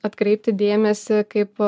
atkreipti dėmesį kaip